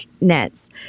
nets